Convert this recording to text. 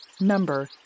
Number